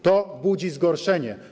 To budzi zgorszenie.